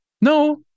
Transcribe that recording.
no